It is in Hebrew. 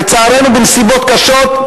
לצערנו בנסיבות קשות,